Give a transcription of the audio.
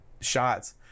shots